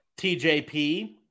TJP